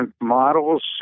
models